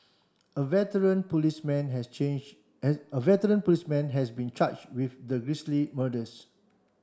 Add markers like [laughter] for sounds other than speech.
a veteran policeman has change as a veteran policeman has been charge with the [unintelligible] murders